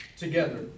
Together